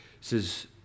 says